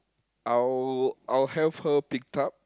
I'll I'll have her pick up